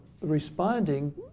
responding